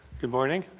good morning.